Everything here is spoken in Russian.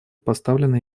поставлена